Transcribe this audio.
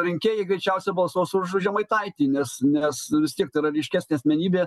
rinkėjai greičiausiai balsuos už žemaitaitį nes nes vis tiek tai ryškesnė asmenybė